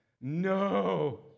No